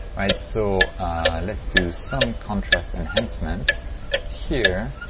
alright so let's do some contrast enhancement here.